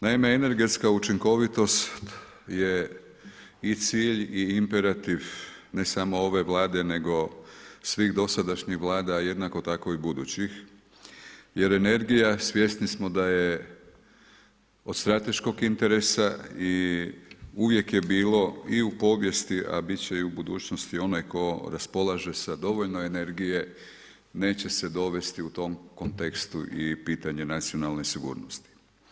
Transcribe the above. Naime, energetska učinkovitost je i cilj i imperativ ne samo ove vlade, nego i svih dosadašnjih vlada, jednako tako i budućih, jer energija, svjesni smo da je od strateškog interesa i uvijek je bilo i u povijesti, a biti će i u budućnosti, onaj tko raspolaže sa dovoljno energije, neće se dovesti u tom kontekstu i pitanje nacionalne sigurnosti.